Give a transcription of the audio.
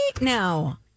now